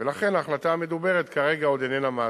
ולכן ההחלטה המדוברת כרגע עוד איננה מעשית.